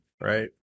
right